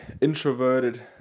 introverted